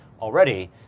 already